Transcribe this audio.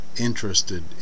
interested